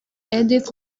edith